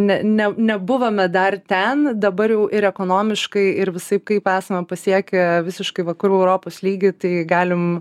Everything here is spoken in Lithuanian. ne ne nebuvome dar ten dabar jau ir ekonomiškai ir visaip kaip esame pasiekę visiškai vakarų europos lygį tai galim